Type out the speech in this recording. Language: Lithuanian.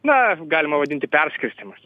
na galima vadinti perskirstymas